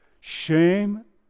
Shame